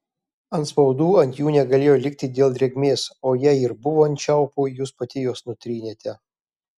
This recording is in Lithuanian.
atspaudų ant jų negalėjo likti dėl drėgmės o jei ir buvo ant čiaupų jūs pati juos nutrynėte